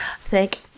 Thank